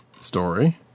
story